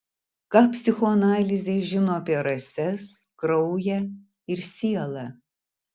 ką psichoanalizė žino apie rases kraują ir sielą